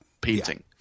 painting